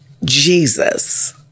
Jesus